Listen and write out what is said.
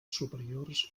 superiors